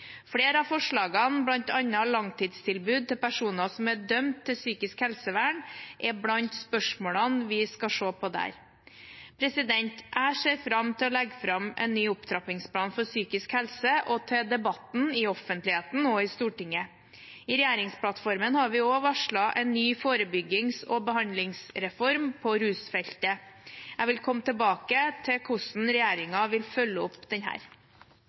Flere av forslagene, bl.a. langtidstilbud til personer som er dømt til psykisk helsevern, er blant spørsmålene vi skal se på der. Jeg ser fram til å legge fram en ny opptrappingsplan for psykisk helse og til debatten i offentligheten og i Stortinget. I regjeringsplattformen har vi også varslet en ny forebyggings- og behandlingsreform på rusfeltet. Jeg vil komme tilbake til hvordan regjeringen vil følge opp denne. Det blir replikkordskifte. I sin sykehustale sa statsråden at den